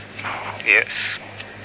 yes